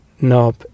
knob